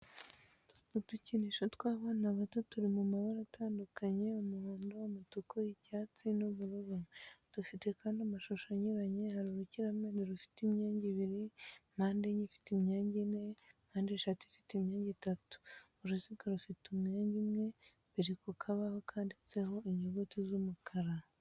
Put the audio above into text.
Udukinisho tw'abana bato turi mu mabara atandukanye umuhondo, umutuku, icyatsi, n'ubururu dufite kandi amashusho anyuranye hari urukiramende rufite imyenge ibiri, mpandenye ifite imyenge ine, mpandeshatu ifite imyenge itatu, uruziga rufite umwenge umwe, biri ku kabaho kanditseho inyuguti z'umukara.